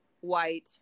white